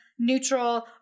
Neutral